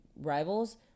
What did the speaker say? rivals